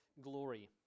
glory